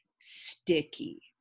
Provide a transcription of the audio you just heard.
sticky